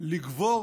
לגבור